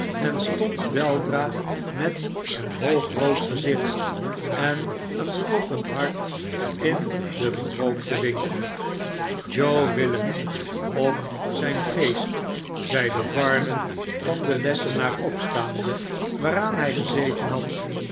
en stond weldra met een hoog rood gezicht en een kloppend hart in den berookten winkel joe willet of zijn geest zeide varden van den lessenaar opstaande waaraan hij gezeten had